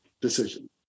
decision